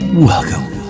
Welcome